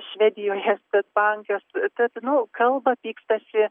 švedijoje svedbanke te tai nu kalba pykstasi